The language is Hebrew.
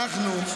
ינון